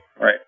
Right